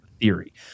theory